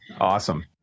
Awesome